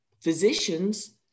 physicians